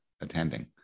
attending